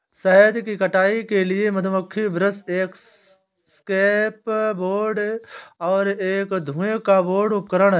शहद की कटाई के लिए मधुमक्खी ब्रश एक एस्केप बोर्ड और एक धुएं का बोर्ड उपकरण हैं